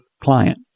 client